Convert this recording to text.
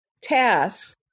tasks